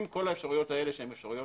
אם כל האפשרויות האלה שהן אפשרויות